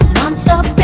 non-stop.